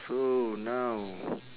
so now